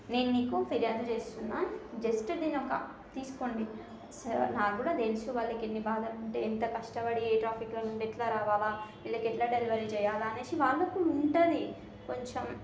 నేను నీకు ఫిర్యాదు చేస్తున్న జస్ట్ దీన్ని ఒక తీసుకోండి సార్ నాకు కూడా తెలుసు వాళ్ళకు ఎన్ని బాధలు ఉంటే ఎంత కష్టపడి ట్రాఫిక్ల నుండి ఎట్లా రావాలా వీళ్ళకి ఎట్లా డెలివరీ చెయ్యాలి అనేసి వాళ్ళకి కూడా ఉంటుంది కొంచెం